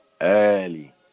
early